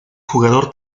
jugador